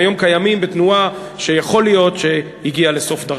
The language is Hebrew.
והם היום קיימים בתנועה שיכול להיות שהגיעה לסוף דרכה.